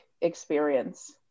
experience